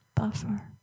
Buffer